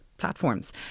Platforms